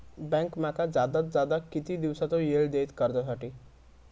Bank माका जादात जादा किती दिवसाचो येळ देयीत कर्जासाठी?